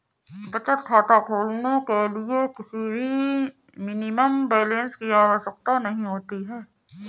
बचत खाता खोलने के लिए किसी भी मिनिमम बैलेंस की आवश्यकता नहीं होती है